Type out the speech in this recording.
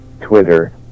Twitter